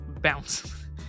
bounce